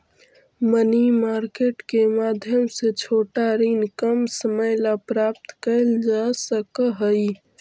money market के माध्यम से छोटा ऋण कम समय ला प्राप्त कैल जा सकऽ हई